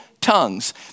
tongues